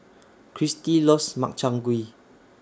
Cristi loves Makchang Gui